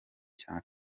cya